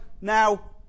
now